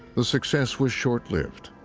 the success was short-lived.